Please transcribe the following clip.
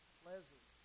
pleasant